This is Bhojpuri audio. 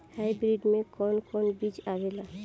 हाइब्रिड में कोवन कोवन बीज आवेला?